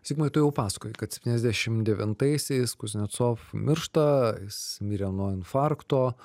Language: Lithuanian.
zigmai tu jau pasakojai kad septyniasdešim devintaisiais kuznecov miršta jis mirė nuo infarkto